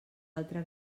altra